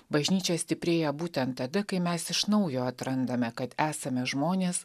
bažnyčia stiprėja būtent tada kai mes iš naujo atrandame kad esame žmonės